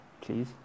please